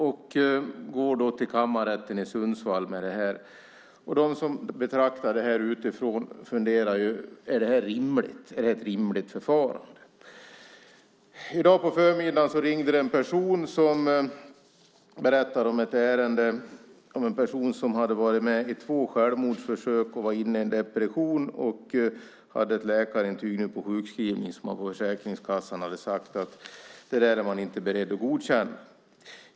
Man går till Kammarrätten i Sundsvall med detta. De som betraktar det här utifrån funderar på om det är ett rimligt förfarande. I dag på förmiddagen ringde en person som berättade om en människa som hade varit med om två självmordsförsök, var inne i en depression och hade ett läkarintyg på sjukskrivning. Men Försäkringskassan hade sagt att de inte var beredda att godkänna det.